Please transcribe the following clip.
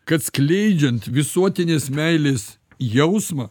kad skleidžiant visuotinės meilės jausmą